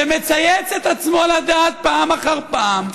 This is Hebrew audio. שמצייץ את עצמו לדעת פעם אחר פעם,